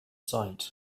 site